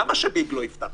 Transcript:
למה שביג לא יפתח?